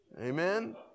amen